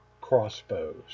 crossbows